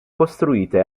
costruite